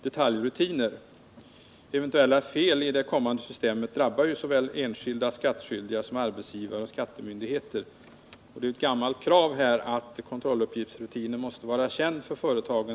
Det är därför nödvändigt att utvidga möjligheten att använda skogskonto eller genom andra åtgärder på skatteområdet medverka till att bekämpningen av granbarkborren görs effektiv.